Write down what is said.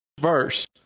verse